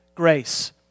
grace